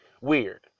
weird